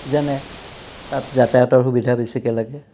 যেনে তাত যাতায়তৰ সুবিধা বেছিকৈ লাগে